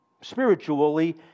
spiritually